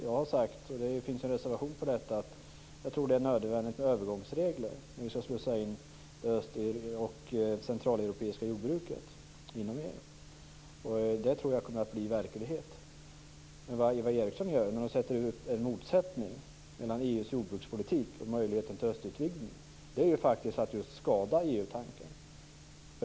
Jag har sagt, och det finns en reservation i det sammanhanget, att jag tror att det är nödvändigt med övergångsregler nu när det östoch centraleuropeiska jordbruket skall slussas in i EU. Detta tror jag kommer att bli verklighet. Att, som Eva Eriksson gör, bygga upp en motsättning mellan EU:s jordbrukspolitik och möjligheten till en östutvidgning är faktiskt att skada EU-tanken.